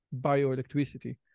bioelectricity